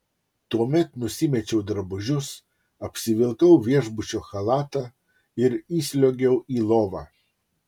tuomet nusimečiau drabužius apsivilkau viešbučio chalatą ir įsliuogiau į lovą